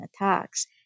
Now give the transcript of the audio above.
attacks